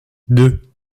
deux